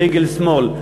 ברגל שמאל.